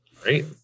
great